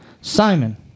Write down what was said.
Simon